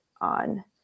on